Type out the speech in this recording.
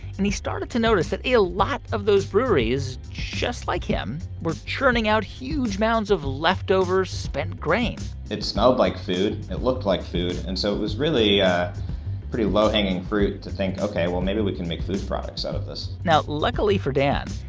and he started to notice that a lot of those breweries, just like him, were churning out huge mounds of leftover spent grain it smelled like food. it looked like food. and so it was really pretty low-hanging fruit to think, ok, well, maybe we can make food products out of this now, luckily for dan,